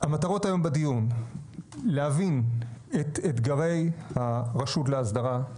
המטרות היום בדיון הן להבין את אתגרי הרשות לאסדרה.